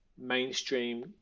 mainstream